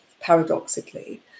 paradoxically